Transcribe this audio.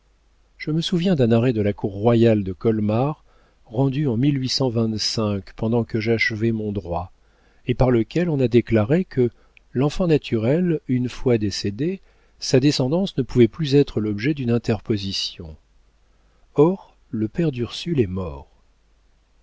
je me souviens d'un arrêt de la cour royale de colmar rendu en pendant que j'achevais mon droit et par lequel on a déclaré que l'enfant naturel une fois décédé sa descendance ne pouvait plus être l'objet d'une interposition or le père d'ursule est mort